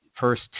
first